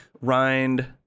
rind